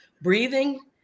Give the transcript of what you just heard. breathing